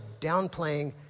downplaying